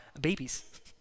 babies